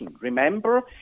Remember